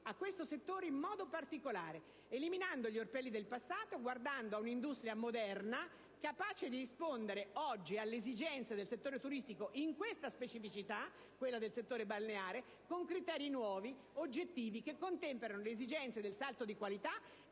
a questo settore in modo particolare, eliminando gli orpelli del passato e prefigurando un'industria moderna, capace di rispondere oggi alle esigenze del settore turistico nella specificità del settore balneare, con criteri nuovi, oggettivi, che contemperino l'esigenza di realizzare un salto di qualità,